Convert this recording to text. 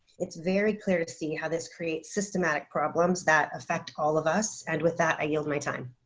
it's very clear to see how this creates systematic problems that affect all of us. and with that, i yield my time.